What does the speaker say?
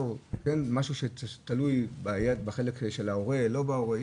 משהו שתלוי בחלק של ההורה או לא בהורה.